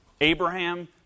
Abraham